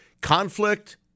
Conflict